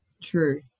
True